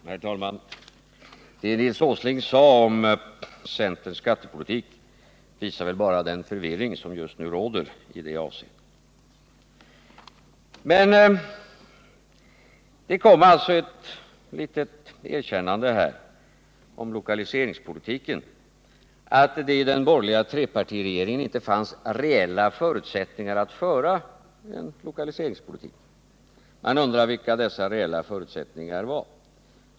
Herr talman! Det Nils Åsling sade om centerns skattepolitik visar väl bara den förvirring som just nu råder i det avseendet. Men det kom alltså ett litet erkännande om att det i den borgerliga trepartiregeringen fanns faktorer som gjorde att det inte förelåg reella förutsättningar att föra en lokaliseringspolitik. Man undrar vilka dessa faktorer var.